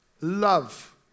love